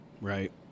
Right